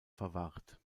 verwahrt